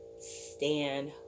stand